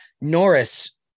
Norris